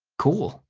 cool,